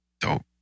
Dope